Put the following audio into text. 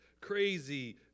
crazy